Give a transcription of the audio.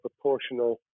proportional